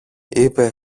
είπε